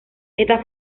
esta